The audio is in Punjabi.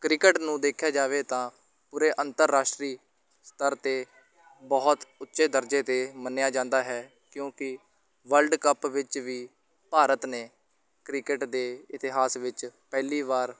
ਕ੍ਰਿਕਟ ਨੂੰ ਦੇਖਿਆ ਜਾਵੇ ਤਾਂ ਪੂਰੇ ਅੰਤਰਰਾਸ਼ਟਰੀ ਸਤਰ 'ਤੇ ਬਹੁਤ ਉੱਚੇ ਦਰਜੇ 'ਤੇ ਮੰਨਿਆ ਜਾਂਦਾ ਹੈ ਕਿਉਂਕਿ ਵਰਲਡ ਕੱਪ ਵਿੱਚ ਵੀ ਭਾਰਤ ਨੇ ਕ੍ਰਿਕਟ ਦੇ ਇਤਿਹਾਸ ਵਿੱਚ ਪਹਿਲੀ ਵਾਰ